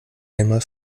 einmal